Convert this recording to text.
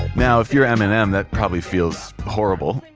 now, if you're eminem that probably feels horrible.